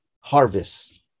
harvest